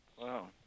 Wow